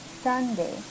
Sunday